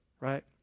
right